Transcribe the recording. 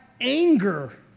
anger